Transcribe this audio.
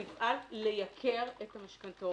והוא יפעל לייקר את המשכנתאות.